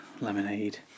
Lemonade